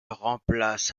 remplace